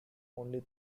only